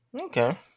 Okay